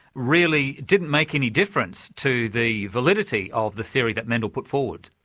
really didn't make any difference to the validity of the theory that mendel put forward.